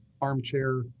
armchair